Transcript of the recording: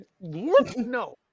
no